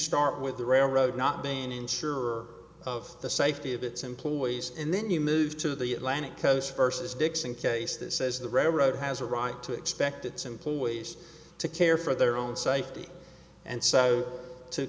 start with the railroad not being unsure of the safety of its employees and then you move to the atlantic coast versus dixon case that says the railroad has a right to expect its employees to care for their own safety and so to